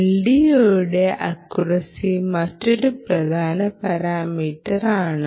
LDOയുടെ accuracy മറ്റൊരു പ്രധാന കാര്യമാണ്